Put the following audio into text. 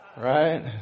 right